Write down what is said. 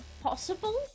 possible